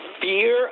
fear